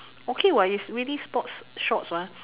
okay what is really sports shorts what